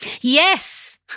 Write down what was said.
Yes